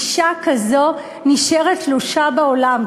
אישה כזאת נשארת תלושה בעולם.